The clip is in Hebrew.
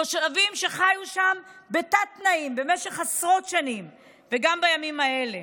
תושבים שחיו שם בתת-תנאים במשך עשרות שנים וגם בימים האלה.